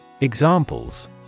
Examples